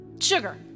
sugar